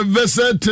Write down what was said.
visit